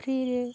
ଫ୍ରୀରେ